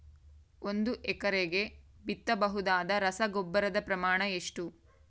ಒಂದು ಎಕರೆಗೆ ಬಿತ್ತಬಹುದಾದ ರಸಗೊಬ್ಬರದ ಪ್ರಮಾಣ ಎಷ್ಟು?